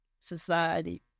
society